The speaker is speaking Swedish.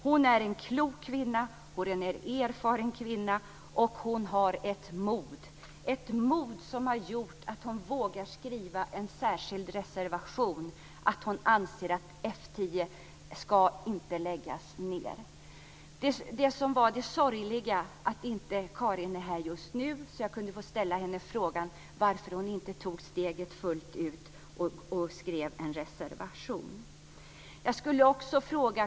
Hon är en klok och erfaren kvinna, och hon har ett mod som har gjort att hon vågar skriva ett särskilt yttrande om att hon anser att F 10 inte ska läggas ned. Det är sorgligt att Karin Wegestål inte är här just nu så att jag inte kan ställa frågan varför hon inte tog steget fullt ut och skrev en reservation.